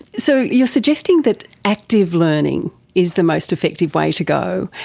so you're suggesting that active learning is the most effective way to go.